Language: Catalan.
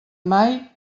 mai